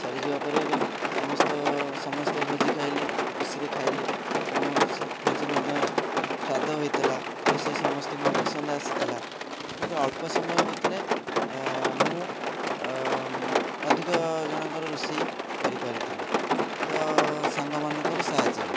ସରିଯିବା ପରେ ସମସ୍ତ ସମେସ୍ତେ ଭୋଜି ଖାଇଲେ ଖୁସିରେ ଖାଇଲେ ଏବଂ ଭୋଜି ମଧ୍ୟ ସ୍ୱାଦ ହୋଇଥିଲା ରୋଷେଇ ସମସ୍ତଙ୍କୁ ପସନ୍ଦ ଆସିଥିଲା ଅଳ୍ପ ସମୟ ଭିତରେ ମୁଁ ଅଧିକ ଜଣଙ୍କର ରୋଷେଇ କରିପାରିଥିଲି ତ ସାଙ୍ଗମାନଙ୍କର ସାହାଯ୍ୟରେ